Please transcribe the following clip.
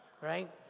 right